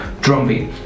drumbeat